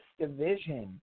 division